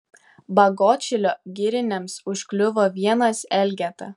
bagotšilio giriniams užkliuvo vienas elgeta